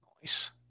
Nice